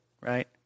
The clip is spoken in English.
right